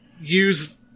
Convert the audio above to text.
use